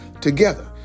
Together